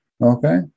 Okay